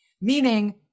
meaning